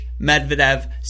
Medvedev